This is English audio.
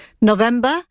November